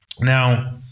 Now